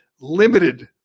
limited